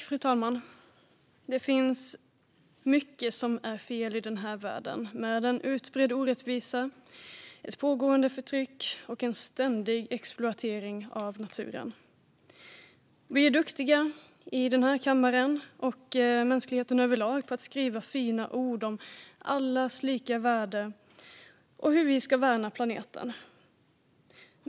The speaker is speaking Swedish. Fru talman! Det finns mycket som är fel i den här världen med en utbredd orättvisa, ett pågående förtryck och en ständig exploatering av naturen. Vi här i kammaren, och mänskligheten överlag, är duktiga på att skriva fina ord om allas lika värde och hur vi ska värna planeten.